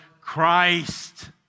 Christ